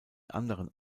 anderen